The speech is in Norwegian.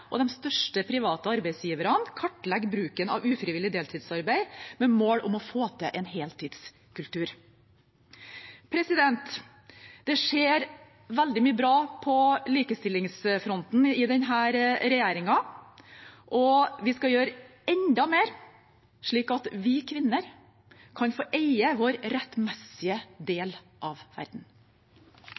og de største private kartlegge bruken av ufrivillig deltidsarbeid med mål om å få til en heltidskultur. Det skjer veldig mye bra på likestillingsfronten i denne regjeringen. Vi skal gjøre enda mer slik at vi kvinner kan få eie vår rettmessige del av verden.